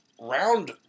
Round